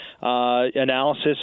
analysis